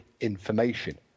information